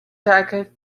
jacket